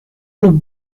look